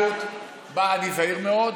ואני זהיר מאוד,